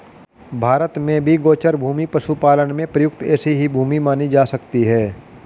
भारत में भी गोचर भूमि पशुपालन में प्रयुक्त ऐसी ही भूमि मानी जा सकती है